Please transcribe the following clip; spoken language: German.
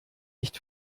nicht